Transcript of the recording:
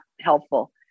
helpful